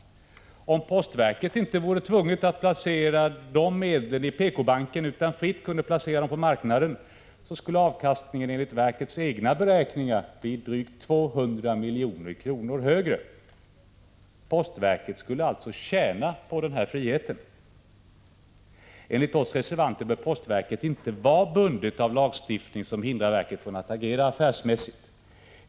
Om postverket inte vore tvunget att placera dessa medel i PK-banken utan fritt kunde placera dem på marknaden, skulle avkastningen enligt verkets egna beräkningar bli drygt 200 milj.kr. högre. Postverket skulle alltså tjäna på att ha denna frihet! Enligt oss reservanter bör postverket inte vara bundet av lagstiftning som hindrar verket från att agera affärsmässigt.